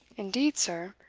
indeed, sir?